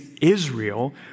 Israel